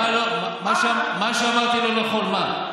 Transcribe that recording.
מה שאמרתי לא נכון, מה?